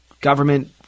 government